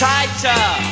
Tighter